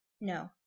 No